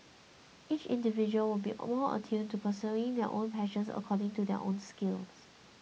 each individual will be more attuned to pursuing their own passions according to their own skills